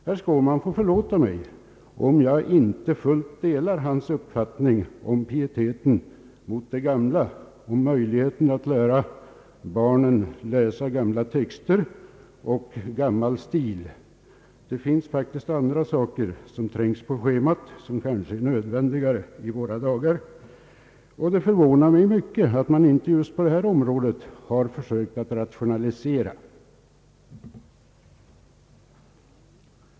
Herr Skårman får förlåta mig, om jag inte fullt delar hans uppfattning om pietet mot det gamla och om möjligheten att lära barnen läsa gamla texter och gammal stil. Det finns faktiskt andra saker som trängs på schemat och som kanske är nödvändigare i våra dagar. Det förvånar mig mycket att man inte just på detta område har försökt att rationalisera.